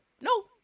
no